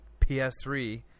PS3